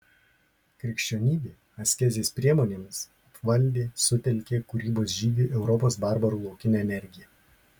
krikščionybė askezės priemonėmis apvaldė sutelkė kūrybos žygiui europos barbarų laukinę energiją